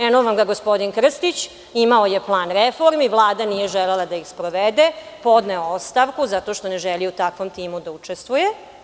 Eno vam ga gospodin Krstić, imao je plan reformi, Vlada nije želela da ih sprovede, podneo ostavku zato što ne želi u takvom timu da učestvuje.